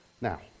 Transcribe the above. Now